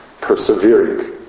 persevering